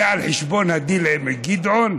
זה על חשבון הדיל עם גדעון?